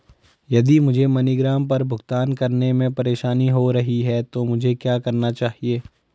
यदि मुझे मनीग्राम पर भुगतान करने में परेशानी हो रही है तो मुझे क्या करना चाहिए?